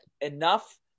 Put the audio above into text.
enough